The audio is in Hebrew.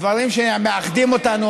הדברים שמאחדים אותנו,